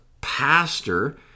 pastor